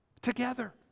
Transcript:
Together